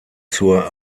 zur